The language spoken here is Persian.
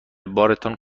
بارتان